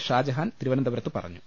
ഷാജഹാൻ തിരുവന്തപുരത്ത് പറഞ്ഞു